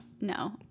no